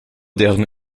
deren